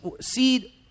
seed